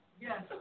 Yes